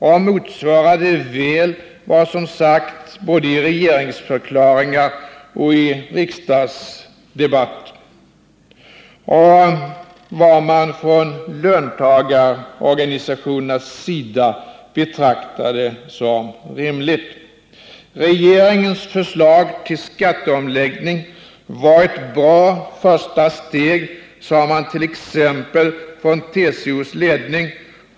Det motsvarar väl vad som sagts både i regeringsförklaringar och i riksdagsdebatter och vad man från löntagarorganisationernas sida betraktade som rimligt. Regeringens förslag till skatteomläggning var ett bra första steg, sade t.ex. TCO:s ledning.